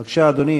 בבקשה, אדוני.